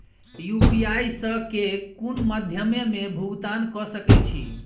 UPI सऽ केँ कुन मध्यमे मे भुगतान कऽ सकय छी?